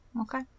okay